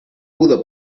pudo